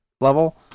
level